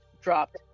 dropped